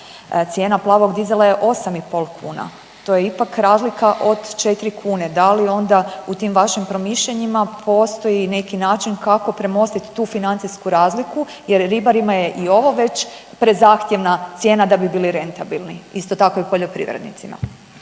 cijena plavog dizela je 8,5 kuna, to je ipak razlika od 4 kuna, da li onda u tim vašim promišljanjima postoji neki način kako premostit tu financijsku razliku jer ribarima je i ovo već prezahtjevna cijena da bi bili rentabilni, isto tako i poljoprivrednicima?